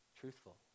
truthful